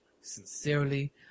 sincerely